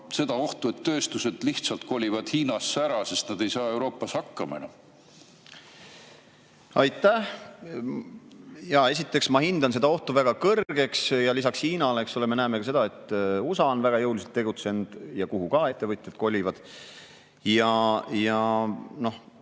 seda ohtu, et tööstused lihtsalt kolivad Hiinasse ära, sest nad ei saa Euroopas hakkama enam? Aitäh! Esiteks, ma hindan seda ohtu väga kõrgeks. Lisaks Hiinale, eks ole, me näeme, et USA on väga jõuliselt tegutsenud, sinna ka ettevõtjad kolivad. Ja